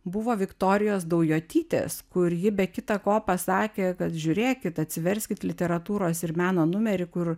buvo viktorijos daujotytės kur ji be kita ko pasakė kad žiūrėkit atsiverskit literatūros ir meno numerį kur